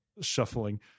shuffling